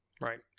Right